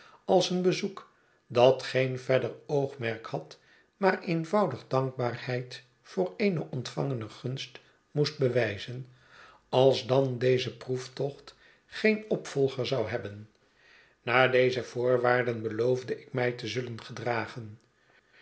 als een bezoek dat geen verder oogmerk had maar eenvoudig dankbaarheid voor eene ontvangene gunst moest bewijzen a'sdan deze proeftocht geen opvolger zou hebben naar deze voorwaarden beloofde ik mij te zullen gedragen